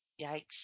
Yikes